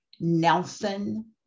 Nelson